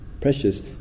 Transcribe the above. precious